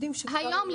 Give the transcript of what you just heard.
היום,